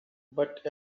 but